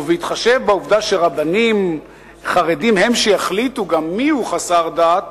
ובהתחשב בעובדה שרבנים חרדים הם שיחליטו מיהו 'חסר דת',